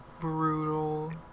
brutal